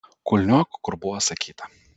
kulniuok kur buvo sakyta